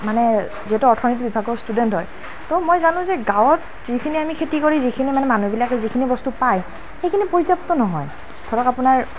মানে যিহেতু অৰ্থনীতি বিভাগৰ ষ্টুডেণ্ট হয় তো মই জানোঁ যে গাঁৱত যিখিনি আমি খেতি কৰি মানুহবিলাকে যিখিনি বস্তু পায় সেইখিনি পৰ্যাপ্ত নহয় ধৰক আপোনাৰ